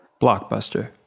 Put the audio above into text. Blockbuster